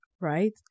right